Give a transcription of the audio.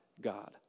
God